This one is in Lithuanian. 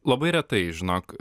labai retai žinok